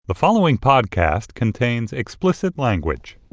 the following podcast contains explicit language